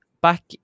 Back